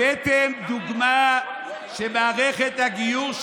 הבאתם דוגמה של מערכת הגיור,